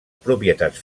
propietats